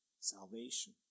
salvation